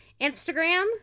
Instagram